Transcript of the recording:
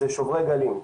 זה שוברי גלים,